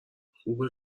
خوبه